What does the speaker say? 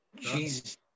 Jesus